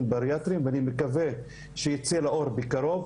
בריאטריים ואני מקווה שייצא עדכון לאור בקרוב.